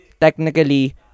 Technically